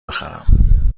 بخرم